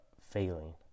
failing